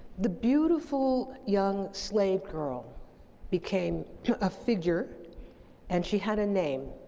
the beautiful young slave girl became a figure and she had a name,